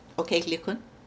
okay li koon